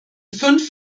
fünf